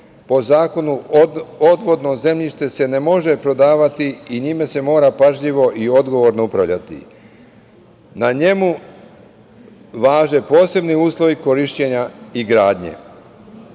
po zakonu odvodno zemljište se ne može prodavati i njime se mora pažljivo i odgovorno upravljati. Na njemu važe posebni uslovi korišćenja i gradnje.